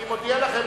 אני מודיע לכם,